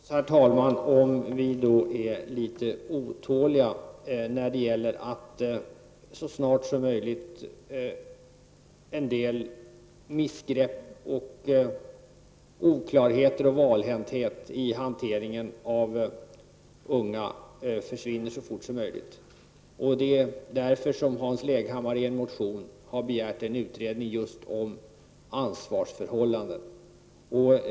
Herr talman! Det må ursäktas oss om vi är litet otåliga när vi vill att en del missgrepp, oklarheter och valhänthet i hanteringen av unga skall försvinna så snart som möjligt. Därför har Hans Leghammar i en motion begärt en utredning om just ansvarsförhållanden.